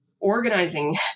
organizing